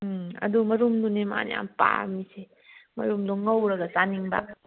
ꯎꯝ ꯑꯗꯣ ꯃꯔꯨꯝꯗꯨꯅꯦ ꯃꯥꯅ ꯌꯥꯝ ꯄꯥꯝꯃꯤꯁꯦ ꯃꯔꯨꯝꯗꯣ ꯉꯧꯔꯒ ꯆꯥꯅꯤꯡꯕ